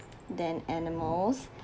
than animals